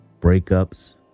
breakups